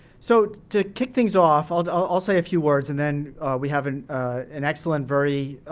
so to kick things off, i'll say a few words and then we have an an excellent very